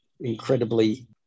incredibly